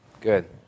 Good